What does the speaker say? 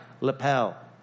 lapel